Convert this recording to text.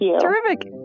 terrific